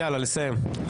לסיים.